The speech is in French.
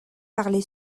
parlée